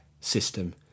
system